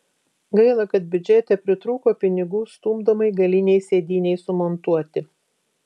gaila kad biudžete pritrūko pinigų stumdomai galinei sėdynei sumontuoti